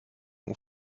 und